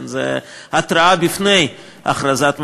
כן, זו התרעה לפני הכרזת מלחמה,